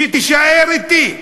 שתישאר אתי.